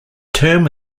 term